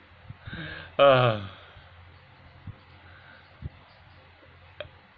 ugh